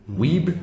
weeb